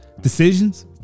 decisions